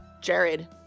Jared